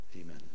Amen